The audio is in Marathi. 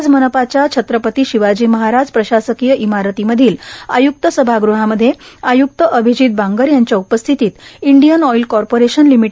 आज मनपाच्या छत्रपती शिवाजी महाराज प्रशासकीय इमारतीमधील आयुक्त सभागृहामध्ये आयुक्त अभिजीत बांगर यांच्या उपस्थितीमध्ये इंडियन ऑईल कॉर्पोरेशन लि